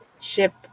ship